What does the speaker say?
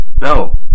No